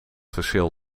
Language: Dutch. verschil